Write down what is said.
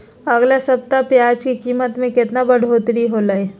अगला सप्ताह प्याज के कीमत में कितना बढ़ोतरी होलाय?